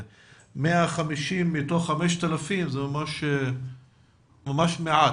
150 מתוך 5,000 זה ממש מעט,